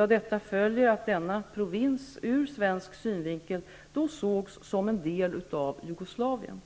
Av detta följer att denna provins, ur svensk synvinkel, då sågs som en del av Jugoslavien.